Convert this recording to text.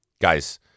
Guys